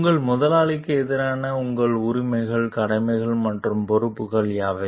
உங்கள் முதலாளிக்கு எதிரான உங்கள் உரிமைகள் கடமைகள் மற்றும் பொறுப்புகள் யாவை